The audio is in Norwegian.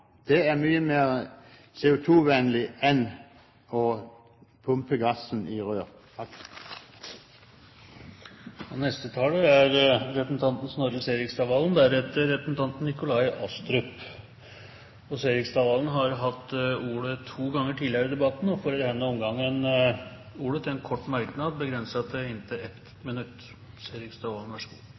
Det er mye mer CO2-vennlig enn å pumpe gassen i rør. Snorre Serigstad Valen har hatt ordet to ganger tidligere og får ordet til en kort merknad, begrenset til inntil 1 minutt. Representanten Røbekk Nørves påstander om «nye toner» fra SV når det gjelder forsyningssituasjonen i